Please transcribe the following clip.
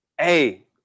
Hey